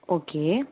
okay